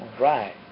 right